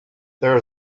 there